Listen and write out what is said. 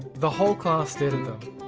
the whole class stared at them.